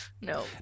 No